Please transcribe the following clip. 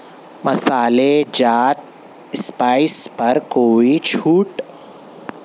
مصالحہ جات اسپائیس پر کوئی چھوٹ